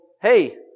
hey